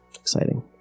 exciting